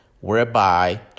whereby